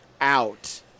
out